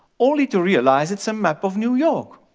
only to realize it's a map of new york.